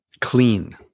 clean